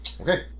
Okay